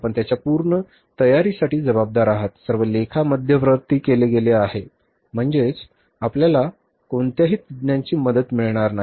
आपणच त्याच्या पूर्ण तयारीसाठी जबाबदार आहात सर्व लेखा मध्यवर्ती केले गेले आहे त्यामुळे आपल्यास कोणत्याही तज्ञांची मदत मिळणार नाही